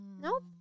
Nope